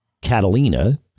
Catalina